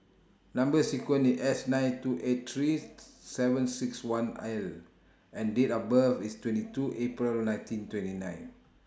Number sequence IS S nine two eight three seven six one L and Date of birth IS twenty two April nineteen twenty nine